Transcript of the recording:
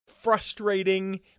frustrating